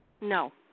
No